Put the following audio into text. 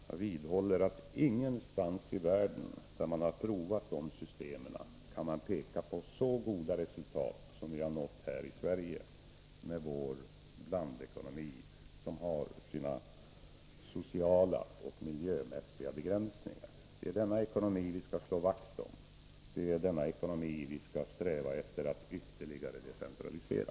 Jag vidhåller att man ingenstans i världen, där man har provat de systemen, kan peka på så goda resultat som vi har nått här i Sverige med vår blandekonomi, som har sina sociala och miljömässiga begränsningar. Det är denna ekonomi som vi skall slå vakt om. Det är denna ekonomi som vi skall sträva efter att decentralisera ytterligare.